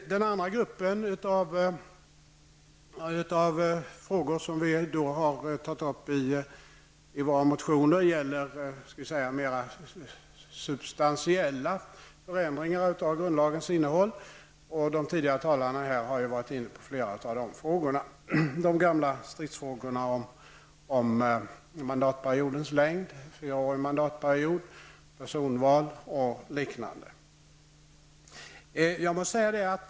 Den andra gruppen av frågor som vi har tagit upp i våra motioner gäller mera substantiella förändringar i grundlagens innehåll. De tidigare talarna har ju varit inne på flera av de frågorna. Det gäller de gamla stridsfrågorna om mandatperiodens längd -- en fyraårig mandatperiod --, personval och liknande.